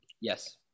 Yes